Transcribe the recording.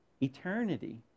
eternity